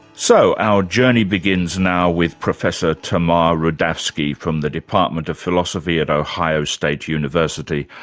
so, our journey begins now with professor tamar rudavsky from the department of philosophy at ohio state university.